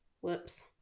whoops